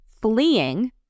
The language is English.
fleeing